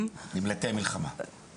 את הטילים בחו"ל של עזה,